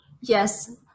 Yes